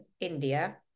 India